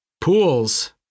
pools –